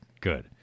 good